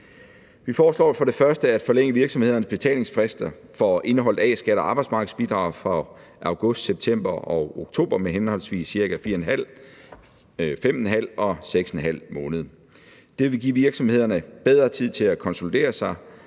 Vi foreslår for det første at forlænge virksomhedernes betalingsfrister for indeholdt A-skat og arbejdsmarkedsbidrag for august, september og oktober med henholdsvis ca. 4½ måned, 5½ måned og 6½ måned. Det vil give virksomhederne bedre tid til at konsolidere sig,